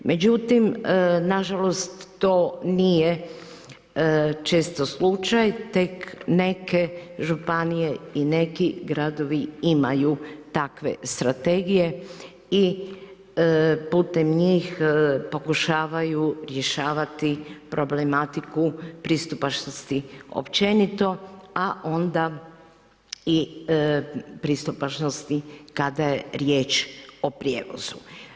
Međutim, nažalost to nije često slučaj, tek neke županije i neki gradovi imaju takve strategije i putem njih pokušavaju rješavati problematiku pristupačnosti općenito, a onda i pristupačnosti kada je riječ o prijevozu.